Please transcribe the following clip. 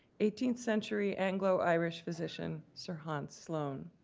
eighteenth century anglo-irish physician sir hans sloane.